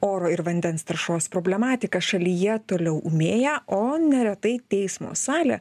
oro ir vandens taršos problematika šalyje toliau ūmėja o neretai teismo salę